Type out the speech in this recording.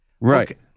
Right